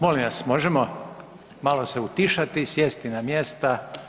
Molim vas možemo malo se utišati i sjesti na mjesta.